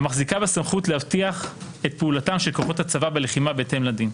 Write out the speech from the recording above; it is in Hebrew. המחזיקה בסמכות להבטיח את פעולתם של כוחות הצבא בלחימה בהתאם לדין.